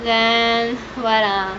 then what ah